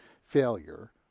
failure